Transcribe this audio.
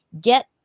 Get